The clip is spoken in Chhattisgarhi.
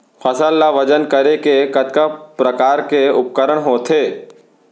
फसल ला वजन करे के कतका प्रकार के उपकरण होथे?